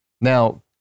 Now